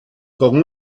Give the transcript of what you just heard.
con